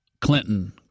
Clinton